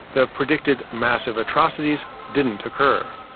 the predicted massive atrocities didn't occur.